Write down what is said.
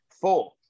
four